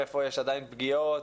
איפה יש עדיין פגיעות,